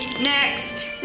Next